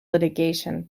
litigation